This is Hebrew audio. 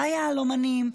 ליהלומנים,